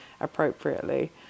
appropriately